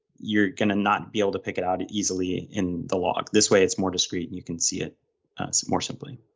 you're going to not be able to pick it out it easily in the log, this way it's more discreet and you can see it more simply.